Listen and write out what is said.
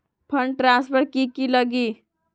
Fund transfer कि की लगी?